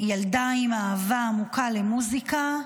ילדה עם אהבה עמוקה למוזיקה.